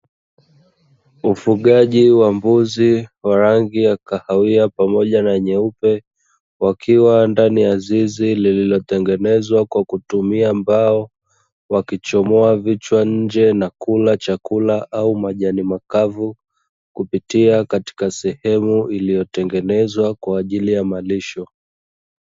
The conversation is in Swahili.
Ufugaji wa mbuzi wa rangi ya kahawia pamoja na nyeupe, wakiwa ndani ya zizi lililotengenezwa kwa kutumia mbao wakichomoa vichwa nje na kula chakula au majani makavu kupitia katika sehemu iliyotengenezwa kwa ajili ya malisho.